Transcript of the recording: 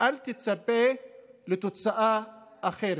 אל תצפה לתוצאה אחרת.